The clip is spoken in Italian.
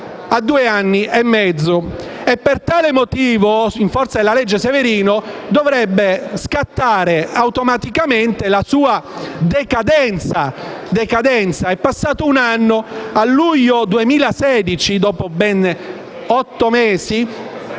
a due anni e mezzo di reclusione e, per tale motivo, in forza della legge Severino, dovrebbe scattare automaticamente la sua decadenza: è passato un anno. A luglio 2016, dopo ben otto mesi,